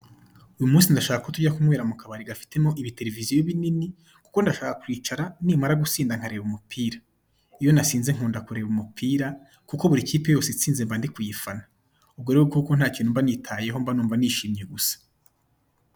Uyu munsi ndashaka ko tujya kunywera mu kabari gafitemo ibiteleviziyo binini kuko ndashaka kwicara nimara gusinda nkareba umupira, iyo nasinze nkunda kureba umupira kuko buri kipe yose itsinze mba ndi kuyifana, ubwo rero kuko ntakintu mba nitayeho mba numva nishimye gusa.